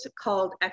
called